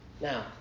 Now